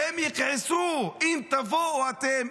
והם יכעסו אם תבואו אתן,